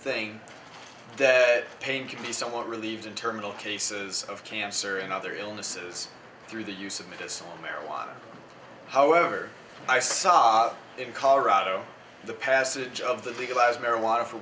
thing that pain can be somewhat relieved in terminal cases of cancer and other illnesses through the use of medicinal marijuana however i saw in colorado the passage of that legalize marijuana for